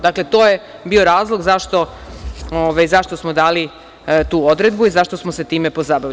Dakle, to je bio razlog zašto smo dali tu odredbu i zašto smo se time pozabavili.